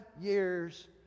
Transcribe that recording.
years